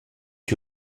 que